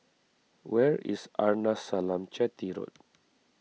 where is Arnasalam Chetty Road